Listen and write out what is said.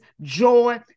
joy